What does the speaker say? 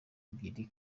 ebyiri